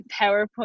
powerpoint